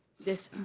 this,